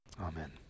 amen